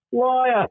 Liar